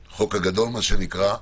לחוק הגדול, מה שנקרא,